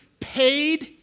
paid